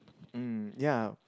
mm ya